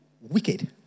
wicked